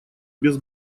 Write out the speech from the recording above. без